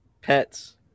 pets